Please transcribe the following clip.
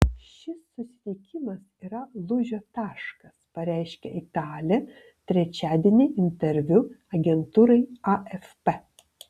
šis susitikimas yra lūžio taškas pareiškė italė trečiadienį interviu agentūrai afp